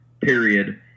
Period